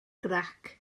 grac